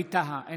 ווליד טאהא,